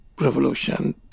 revolution